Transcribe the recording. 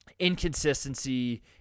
inconsistency